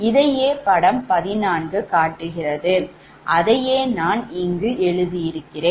இதையே படம் 14 காட்டுகிறது அதையே நான் இங்கு எழுதி இருக்கிறேன்